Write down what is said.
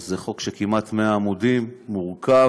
זה חוק של כמעט 100 עמודים, מורכב,